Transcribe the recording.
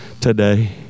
today